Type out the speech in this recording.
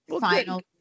final